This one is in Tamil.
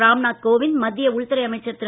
ராம் நாத் கோவிந்த் மத்திய உள்துறை அமைச்சர் திரு